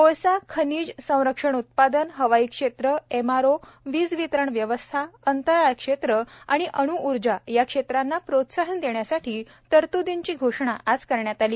कोळसा खनिज संरक्षण उत्पादन हवाई क्षेत्र एमआरओ वीज विरारण व्यवस्था अंतराळ क्षेत्र आणि अणू ऊर्जा या क्षेत्रांना प्रोत्साहन देण्यासाठी तरत्दींची घोषणा आज करण्यात आली